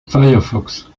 firefox